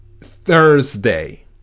Thursday